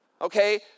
Okay